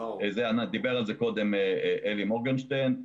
דיבר על זה קודם אלי מורגנשטרן.